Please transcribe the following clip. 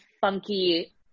funky